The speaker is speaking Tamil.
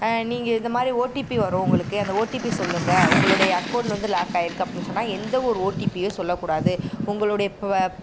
நீங்கள் இது மாதிரி ஓடிபி வரும் உங்களுக்கு அந்த ஓடிபி சொல்லுங்க உங்களுடைய அக்கவுண்ட் வந்து லாக் ஆகியிருக்கு அப்படின்னு சொன்னால் எந்த ஒரு ஓடிபியோ சொல்லக்கூடாது உங்களுடைய